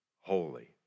holy